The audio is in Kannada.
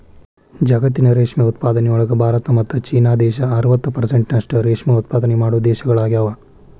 ಜಗತ್ತಿನ ರೇಷ್ಮೆ ಉತ್ಪಾದನೆಯೊಳಗ ಭಾರತ ಮತ್ತ್ ಚೇನಾ ದೇಶ ಅರವತ್ ಪೆರ್ಸೆಂಟ್ನಷ್ಟ ರೇಷ್ಮೆ ಉತ್ಪಾದನೆ ಮಾಡೋ ದೇಶಗಳಗ್ಯಾವ